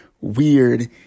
weird